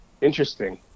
Interesting